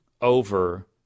over